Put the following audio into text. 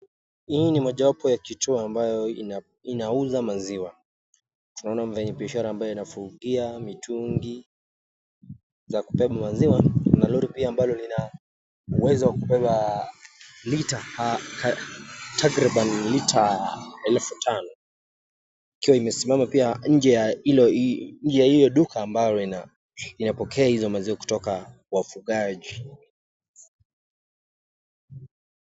Hii ni mojawapo ya kituo ambayo inauza maziwa. Tunaona mfanya biashara ambaye anafungia mitungi za kubeba maziwa na lori pia ambalo lina uwezo wa kubeba lita takriban lita elfu tano, ikiwa imesima pia nje ya hilo duka ambalo inapokea hizo maziwa kutoka kwa wafugaji.